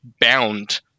bound